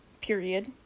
period